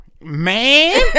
Man